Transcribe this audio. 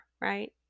right